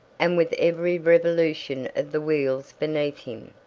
and with every revolution of the wheels beneath him,